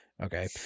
Okay